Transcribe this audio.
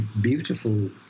beautiful